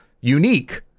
unique